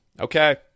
Okay